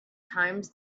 times